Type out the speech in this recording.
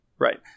Right